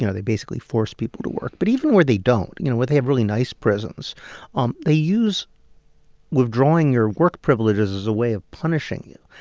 they basically force people to work, but even where they don't you know, where they have really nice prisons um they use withdrawing your work privileges as a way of punishing you.